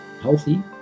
healthy